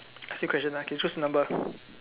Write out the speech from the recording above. ask you question okay choose a number